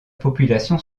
population